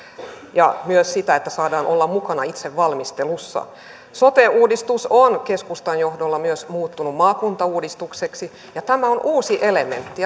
ja myös sitä että saadaan olla mukana itse valmistelussa sote uudistus on keskustan johdolla muuttunut myös maakuntauudistukseksi tämä on uusi elementti